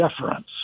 deference